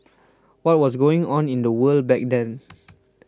what was going on in the world back then